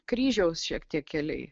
kryžiaus šiek tiek keliai